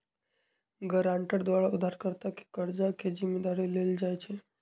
guarantor द्वारा उधारकर्ता के कर्जा के जिम्मदारी लेल जाइ छइ